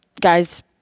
guys